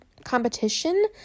competition